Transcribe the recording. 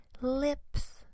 lips